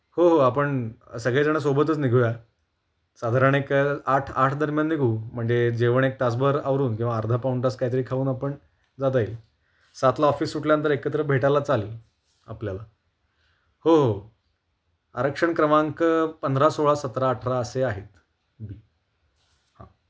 हो हो आपण सगळेजणं सोबतच निघूया साधारण एक आठ आठ दरम्यान निघू म्हणजे जेवण एक तासभर आवरून किंवा अर्धा पाऊण तास काहीतरी खाऊन आपण जाता येईल सातला ऑफिस सुटल्यानंतर एकत्र भेटायला चालेल आपल्याला हो हो आरक्षण क्रमांक पंधरा सोळा सतरा अठरा असे आहेत हां